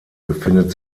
befindet